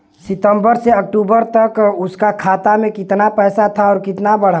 सितंबर से अक्टूबर तक उसका खाता में कीतना पेसा था और कीतना बड़ा?